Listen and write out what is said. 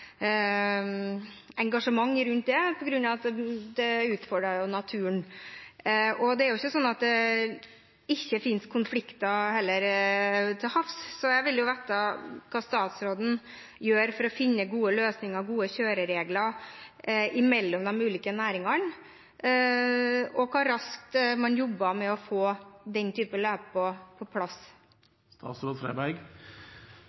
engasjement rundt det på grunn av at det utfordrer naturen. Det er ikke sånn at det ikke finnes konflikter med vindkraft til havs, så jeg vil vite hva statsråden gjør for å finne gode løsninger og gode kjøreregler mellom de ulike næringene, og hvor raskt man jobber med å få den type løp på